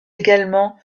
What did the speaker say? également